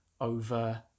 over